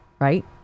right